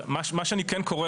מה שאני כן קורא